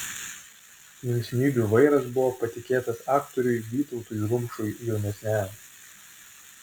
linksmybių vairas buvo patikėtas aktoriui vytautui rumšui jaunesniajam